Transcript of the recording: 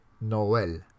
Noel